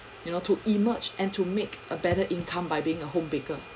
you know to emerge and to make a better income by being a home baker